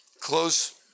close